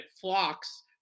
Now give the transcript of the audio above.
flocks